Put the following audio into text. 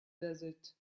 desert